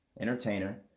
entertainer